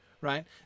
right